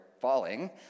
falling